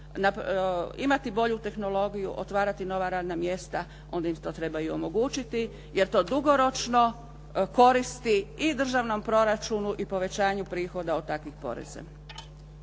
imati bolju tehnologiju, otvarati nova radna mjesta, onda im to treba i omogućiti. Jer to dugoročno koristi i državnom proračunu i povećanju prihoda od takvih poreza.